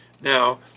now